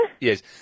Yes